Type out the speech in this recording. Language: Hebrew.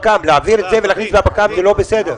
להעביר את זה ולהכניס לפק"מ זה לא בסדר.